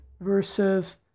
versus